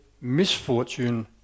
misfortune